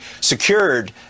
secured